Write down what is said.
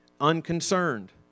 unconcerned